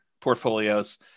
portfolios